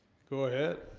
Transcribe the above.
go ahead a